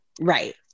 Right